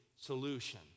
solution